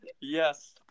Yes